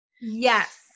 Yes